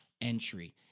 entry